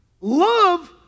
Love